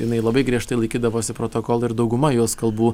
jinai labai griežtai laikydavosi protokolo ir dauguma jos kalbų